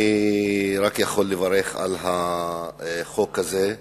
אני רק יכול לברך על החוק הזה,